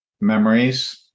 memories